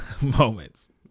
moments